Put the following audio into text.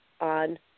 on